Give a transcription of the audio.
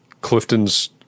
Clifton's